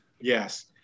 Yes